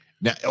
Now